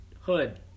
hood